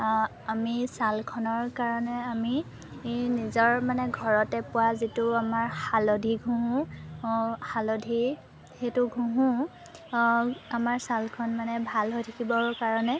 আমি ছালখনৰ কাৰণে আমি নিজৰ মানে ঘৰতে পোৱা যিটো আমাৰ হালধি ঘঁহোঁ হালধি সেইটো ঘঁহোঁ আমাৰ ছালখন মানে ভাল হৈ থাকিবৰ কাৰণে